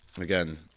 again